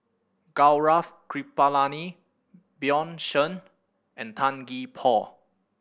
Gaurav Kripalani Bjorn Shen and Tan Gee Paw